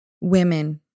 women